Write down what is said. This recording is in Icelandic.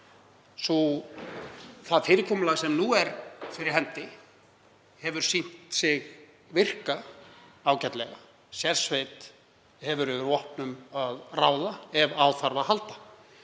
Það fyrirkomulag sem nú er fyrir hendi hefur sýnt sig virka ágætlega. Sérsveit hefur yfir vopnum að ráða ef á þarf að halda.